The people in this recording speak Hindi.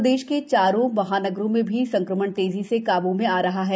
प्रदेश के चारों महानगरों में भी संक्रमण तेजी से काबू में आ रहा है